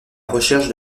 recherche